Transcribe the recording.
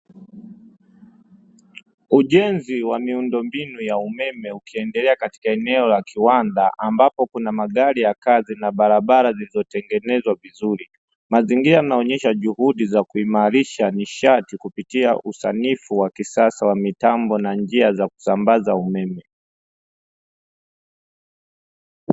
Ujenzi wa miundombinu ya umeme ukiendelea katika eneo la kiwanda ambapo kuna magari ya kazi na barabara zilizotengenezwa vizuri. Mazingira yanaonyesha juhudi za kuimarisha nishati kupitia usanifu wa kisasa wa mitambo na nija za kusambaza umeme.